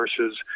versus